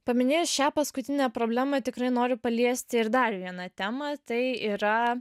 paminėjus šią paskutinę problemą tikrai noriu paliesti ir dar vieną temą tai yra